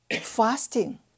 fasting